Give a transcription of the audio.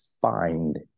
find